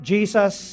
Jesus